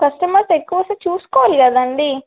customers ఎక్కువ వస్తే చూసుకోవాలి కదండి